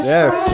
Yes